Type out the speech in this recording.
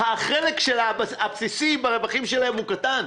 החלק הבסיסי ברווחים שלהם הוא קטן.